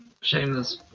Shameless